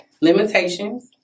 limitations